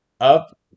up